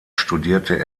studierte